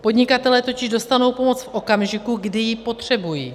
Podnikatelé totiž dostanou pomoc v okamžiku, kdy ji potřebují.